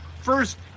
First